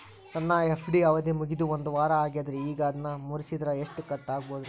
ನನ್ನ ಎಫ್.ಡಿ ಅವಧಿ ಮುಗಿದು ಒಂದವಾರ ಆಗೇದ್ರಿ ಈಗ ಅದನ್ನ ಮುರಿಸಿದ್ರ ಎಷ್ಟ ಕಟ್ ಆಗ್ಬೋದ್ರಿ?